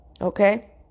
okay